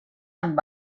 amb